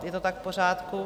Je to tak v pořádku?